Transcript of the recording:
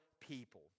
people